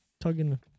tugging